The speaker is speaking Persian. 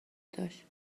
داشت